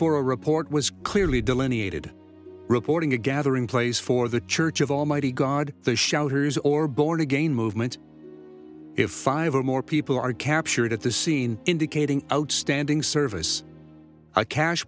for a report was clearly delineated reporting a gathering place for the church of almighty god the shouters or born again movement if five or more people are captured at the scene indicating outstanding service a cash